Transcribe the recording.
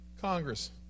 Congress